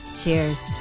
Cheers